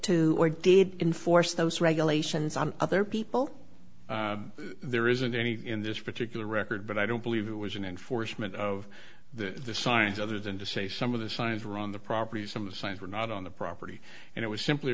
to or did enforce those regulations on other people there isn't any in this particular record but i don't believe it was an enforcement of the signs other than to say some of the signs around the property some of the signs were not on the property and it was simply